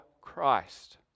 Christ